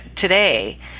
today